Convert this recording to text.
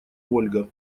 ольга